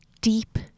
deep